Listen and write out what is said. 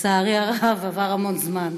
לצערי הרב, עבר המון זמן.